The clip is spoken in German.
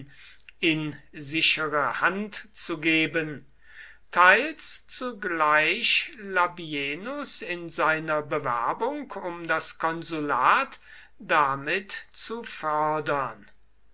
in sichere hand zu geben teils zugleich labienus in seiner bewerbung um das konsulat damit zu fördern